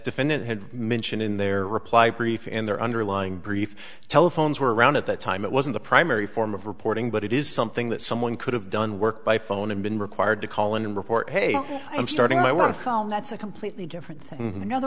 defendant had mentioned in their reply brief and their underlying brief telephones were around at that time it wasn't a primary form of reporting but it is something that someone could have done work by phone and been required to call and report hey i'm starting i want to call that's a completely different thing in other